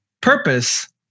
purpose